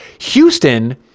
Houston